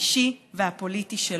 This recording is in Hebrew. האישי והפוליטי שלו.